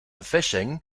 fishing